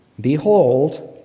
behold